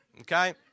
okay